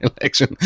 election